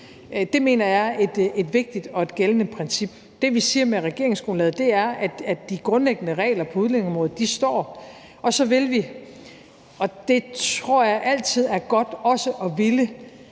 Det mener jeg er et vigtigt og et gældende princip. Det, vi siger med regeringsgrundlaget, er, at de grundlæggende regler på udlændingeområdet består. Når vi har så stramme regler, som vi